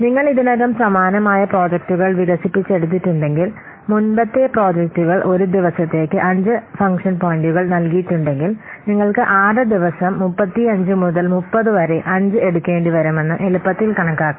നിങ്ങൾ ഇതിനകം സമാനമായ പ്രോജക്ടുകൾ വികസിപ്പിച്ചെടുത്തിട്ടുണ്ടെങ്കിൽ മുമ്പത്തെ പ്രോജക്റ്റുകൾ ഒരു ദിവസത്തേക്ക് 5 ഫംഗ്ഷൻ പോയിന്റുകൾ നൽകിയിട്ടുണ്ടെങ്കിൽ നിങ്ങൾക്ക് 6 ദിവസം 35 മുതൽ 30 വരെ 5 എടുക്കേണ്ടിവരുമെന്ന് എളുപ്പത്തിൽ കണക്കാക്കാം